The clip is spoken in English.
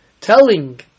telling